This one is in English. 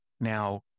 now